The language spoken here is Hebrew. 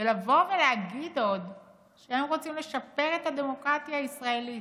ועוד לבוא ולהגיד שהם רוצים לשפר את הדמוקרטיה הישראלית?